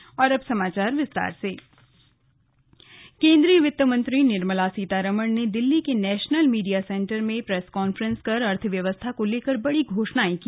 अब समाचार विस्तार से स्लग निर्मला सीतारमण केंद्रीय वित्त मंत्री निर्मला सीतारमण ने दिल्ली के नेशनल मीडिया सेंटर में प्रेस कॉन्फ्रेंस कर अर्थव्यवस्था को लेकर बड़ी घोषणाएं की